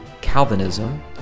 calvinism